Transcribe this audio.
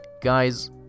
guys